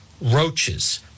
roaches